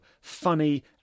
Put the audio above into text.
funny